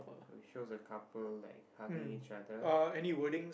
which shows a couple like hugging each other